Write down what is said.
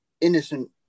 innocent